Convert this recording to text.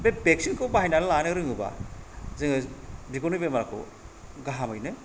बे बेक्सिन खौ बाहायनानै लानो रोङोबा जोङो बिगुरनि बेमारखौ गाहामैनो